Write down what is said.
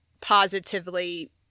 positively